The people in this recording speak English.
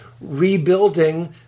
rebuilding